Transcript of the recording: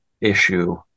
issue